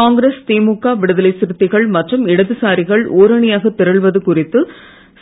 காங்கிரஸ் திமுக விடுதலை சிறுத்தைகள் மற்றும் இடதுசாரிகள் ஓரணியாகத் திரள்வது குறித்து